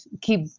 keep